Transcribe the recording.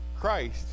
Christ